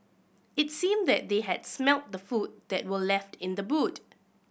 it seemed that they had smelt the food that were left in the boot